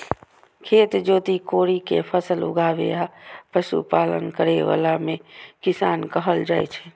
खेत जोति कोड़ि कें फसल उगाबै आ पशुपालन करै बला कें किसान कहल जाइ छै